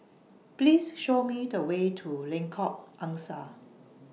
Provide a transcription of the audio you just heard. Please Show Me The Way to Lengkok Angsa